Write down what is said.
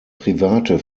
private